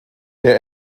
der